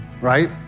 Right